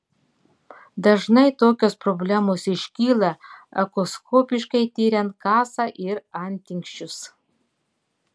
dažnai tokios problemos iškyla echoskopiškai tiriant kasą ir antinksčius